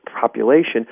population